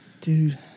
dude